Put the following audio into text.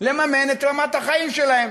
לממן את רמת החיים שלהם.